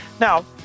Now